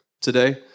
today